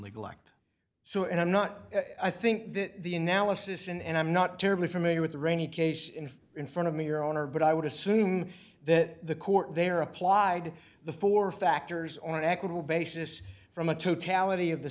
neglect so and i'm not i think that the analysis and i'm not terribly familiar with the rainy case in in front of me your honor but i would assume that the court there applied the four factors on an equitable basis from a